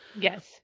Yes